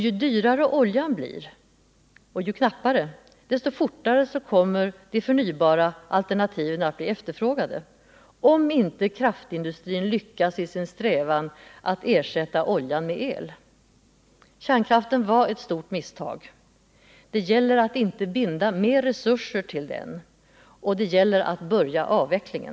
Ju dyrare och ju knappare oljan blir, desto fortare kommer de förnybara alternativen att bli efterfrågade, om inte kraftindustrin lyckas i sin strävan att ersätta oljan med el. Kärnkraften var ett stort misstag. Det gäller att inte binda mera resurser till den, och det gäller att börja avvecklingen.